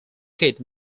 kit